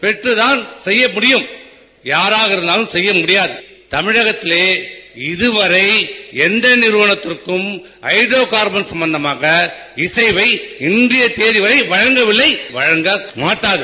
பெற்றத்தான் செய்ய மூடியூம் யாராக இருந்ததாலும் செய்யமுடியாது தமிழகத்திலேயே இதுவரைஎந்தநிறுவனத்திற்கும் வரைட்ரோகார்பன் திட்டம் சம்மந்தமாக இசைவை இன்றையதேதிவரைவழங்கவில்லை வழங்கமாட்டார்கள்